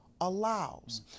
allows